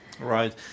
Right